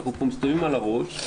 אנחנו מסתובבים על הראש,